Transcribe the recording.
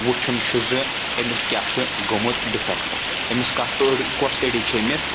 وٕچھُن چھُ زِ أمِس کیاہ چھُ گوٚمُت ڈِفیکٹ أمِس کتھ أڑ کۄس أڑِج چھِ أمِس